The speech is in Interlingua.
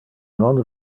non